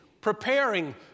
preparing